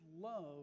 love